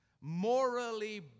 morally